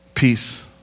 peace